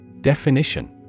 Definition